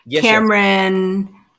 cameron